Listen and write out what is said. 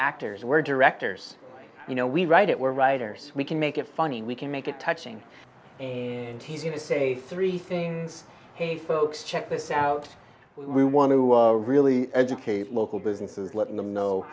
actors where directors you know we write it we're writers we can make it funny we can make it touching and teasing to say three things hey folks check this out we want to really educate local businesses letting them know